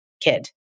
kid